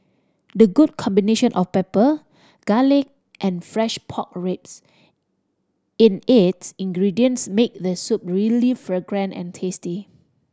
the good combination of pepper garlic and fresh pork ribs in its ingredients make the soup really fragrant and tasty